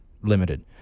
limited